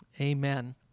amen